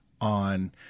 on